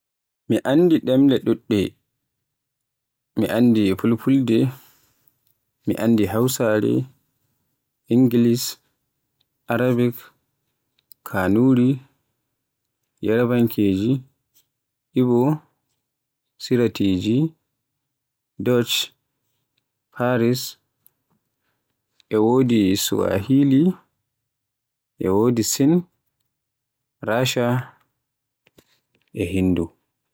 MI anndi demle dudde, mi anndi Fulfulde, mi anndi hausare, ingilis, Arabik, kanuri, yarabankeji, ibo siratiji, duch, faris, e wodi Swahili, e wodi Sin, Rasha e Hindu.